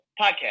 podcast